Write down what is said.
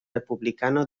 republicano